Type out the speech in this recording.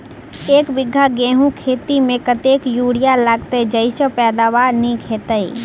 एक बीघा गेंहूँ खेती मे कतेक यूरिया लागतै जयसँ पैदावार नीक हेतइ?